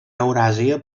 euràsia